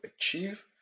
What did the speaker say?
achieve